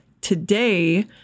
Today